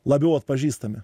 labiau atpažįstami